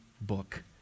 book